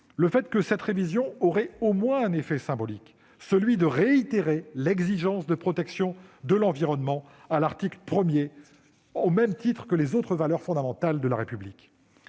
était adoptée, aurait au moins un effet symbolique : celui de réitérer l'exigence de protection de l'environnement à l'article 1, à côté des autres valeurs fondamentales de la République.